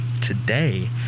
today